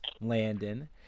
Landon